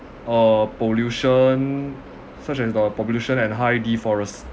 uh pollution such as the pollution and high defores~